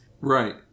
Right